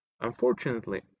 Unfortunately